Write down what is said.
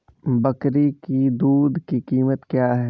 बकरी की दूध की कीमत क्या है?